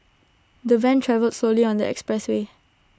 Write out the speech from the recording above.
the van travelled slowly on the expressway